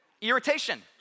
Irritation